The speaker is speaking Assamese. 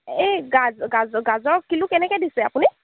এই গাজ গাজ গাজৰ কিলো কেনেকৈ দিছে আপুনি